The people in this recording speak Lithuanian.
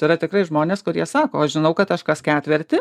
tai yra tikrai žmonės kurie sako aš žinau kad aš kas ketvirtį